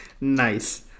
nice